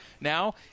now